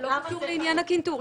זה לא קשור לעניין הקנטור.